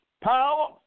power